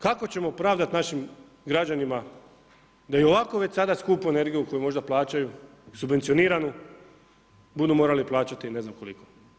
Kako ćemo pravdat našim građanima da i ovako već sada skupu energiju koju možda plaćaju, subvencioniranu, budu morali plaćati ne znam koliko?